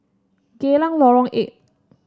Geylang Lorong Eight